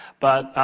but,